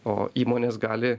o įmonės gali